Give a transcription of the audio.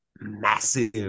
massive